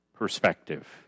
perspective